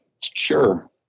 Sure